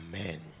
Amen